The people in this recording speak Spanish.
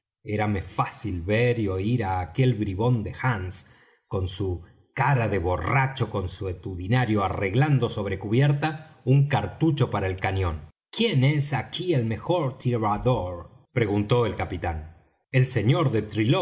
puntería érame fácil ver y oir á aquel bribón de hands con su cara de borracho consuetudinario arreglando sobre cubierta un cartucho para el cañón quién es aquí el mejor tirador preguntó el capitán el sr de